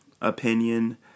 opinion